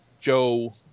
Joe